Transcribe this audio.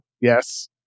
Yes